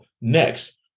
Next